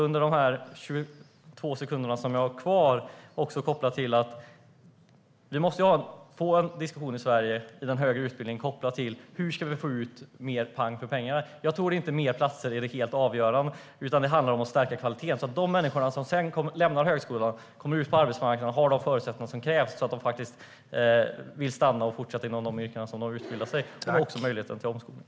Under de 22 sekunder talartid jag har kvar vill jag ta upp att det måste finnas en diskussion i Sverige om den högre utbildningen. Hur ska vi få ut mer "pang" för pengarna? Jag tror inte att fler platser är det helt avgörande. Det handlar om att stärka kvaliteten så att de människor som sedan lämnar högskolan och kommer ut på arbetsmarknaden har de förutsättningar som krävs så att de kan fortsätta i de yrken de har utbildat sig till och även kan få möjlighet till omskolning.